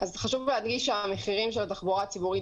אז חשוב להדגיש שהמחירים של התחבורה הציבורית